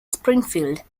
springfield